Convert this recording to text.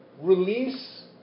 release